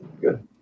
Good